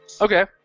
Okay